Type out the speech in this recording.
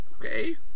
Okay